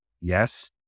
Yes